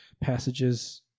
passages